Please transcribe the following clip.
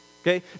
Okay